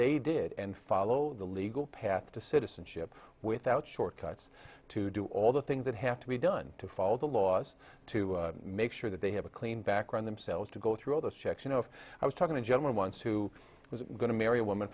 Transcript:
they did and follow the legal path to citizenship without shortcuts to do all the things that have to be done to follow the laws to make sure that they have a clean background themselves to go through all those checks you know if i was talking to general once who was going to marry a woman